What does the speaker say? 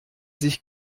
sich